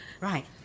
Right